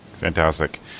Fantastic